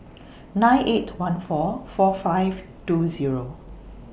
nine eight one four four five two Zero